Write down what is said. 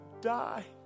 die